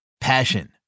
Passion